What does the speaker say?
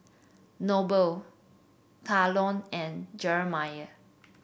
Noble Talon and Jerome